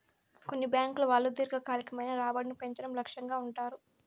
కొన్ని బ్యాంకుల వాళ్ళు దీర్ఘకాలికమైన రాబడిని పెంచడం లక్ష్యంగా ఉంటారు